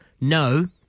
no